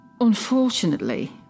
unfortunately